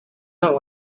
not